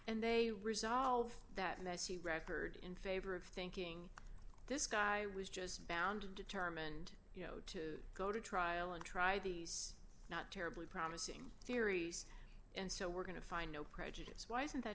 and they resolve that messy record in favor of thinking this guy was just bound and determined you know to go to trial and try these not terribly promising theories and so we're going to find no prejudice why isn't that